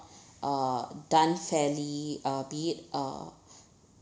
uh done fairly uh be it uh